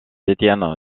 étienne